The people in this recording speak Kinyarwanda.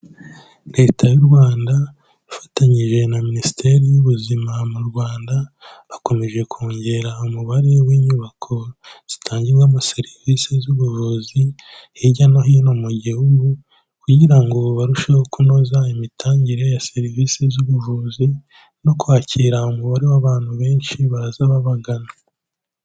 Leta y'u Rwanda ifatanyije na minisiteri y'ubuzima mu Rwanda bakomeje kongera umubare w'inyubako zitangirwamo serivisi z'ubuvuzi hirya no hino mu gihugu kugira ngo barusheho kunoza imitangire ya serivisi z'ubuvuzi no kwakira umubare w'abantu benshi baza babagana.